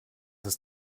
ist